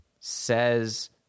says